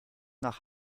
nach